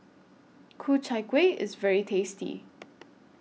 Ku Chai Kueh IS very tasty